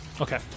Okay